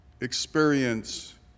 experience